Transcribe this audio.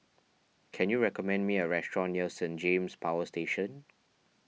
can you recommend me a restaurant near Saint James Power Station